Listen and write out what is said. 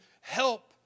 help